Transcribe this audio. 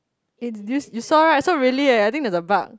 it's this you saw right so really eh I think there's a bug